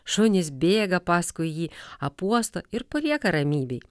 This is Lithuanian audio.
šunys bėga paskui jį apuosto ir palieka ramybėj